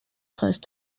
close